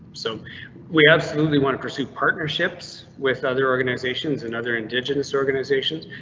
so we absolutely want to pursue partnerships with other organizations and other indigenous organizations.